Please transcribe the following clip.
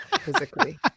physically